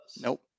Nope